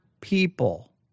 people